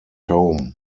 home